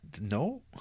No